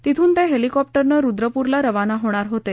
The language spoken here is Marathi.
तिथून ते हेलीकॉप्टरनं रुद्रप्रला रवाना होणार होते